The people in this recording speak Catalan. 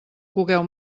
cogueu